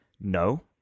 No